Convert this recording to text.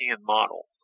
model